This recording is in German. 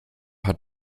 hat